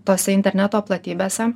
tose interneto platybėse